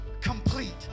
complete